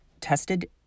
tested